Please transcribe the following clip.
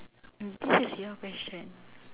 um this is your question